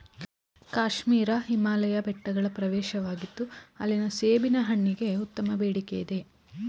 ಕಾಶ್ಮೀರ ಹಿಮಾಲಯ ಬೆಟ್ಟಗಳ ಪ್ರವೇಶವಾಗಿತ್ತು ಅಲ್ಲಿನ ಸೇಬಿನ ಹಣ್ಣಿಗೆ ಉತ್ತಮ ಬೇಡಿಕೆಯಿದೆ